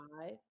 five